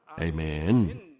Amen